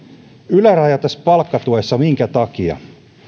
yläraja tässä palkkatuessa minkä takia